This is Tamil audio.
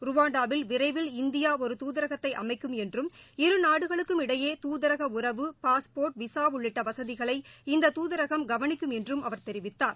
ருவாண்டாவில் விரைவில் இந்தியா ஒரு தூதரகத்தை அமைக்கும் என்றும் இரு நாடுகளுக்கும் இடையே தூதரக உறவு பாஸ்போர்ட் விசா உள்ளிட்ட வசதிகளை இந்த தூதரகம் கவளிக்கும் என்றும் அவர் தெரிவித்தார்